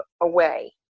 away